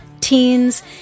teens